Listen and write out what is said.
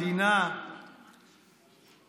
אני מפעילה את השעון, חבר